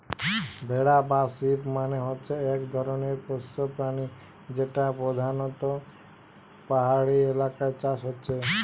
ভেড়া বা শিপ মানে হচ্ছে এক ধরণের পোষ্য প্রাণী যেটা পোধানত পাহাড়ি এলাকায় চাষ হচ্ছে